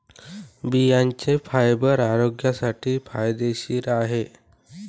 बियांचे फायबर आरोग्यासाठी फायदेशीर आहे